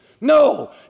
No